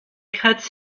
cuts